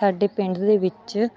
ਸਾਡੇ ਪਿੰਡ ਦੇ ਵਿੱਚ